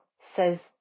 says